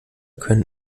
können